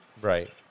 Right